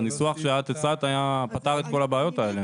הניסוח שאת הצעת פתר את כל הבעיות האלה.